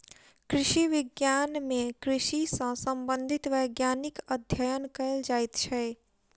कृषि विज्ञान मे कृषि सॅ संबंधित वैज्ञानिक अध्ययन कयल जाइत छै